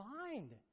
mind